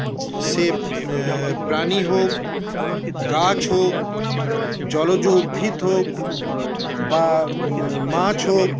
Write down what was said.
য সে প্রাণী হোক গাছ হোক জলজ উদ্ভিদ হোক বা মাছ হোক